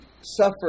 suffer